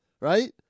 right